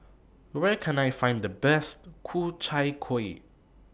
Where Can I Find The Best Ku Chai Kuih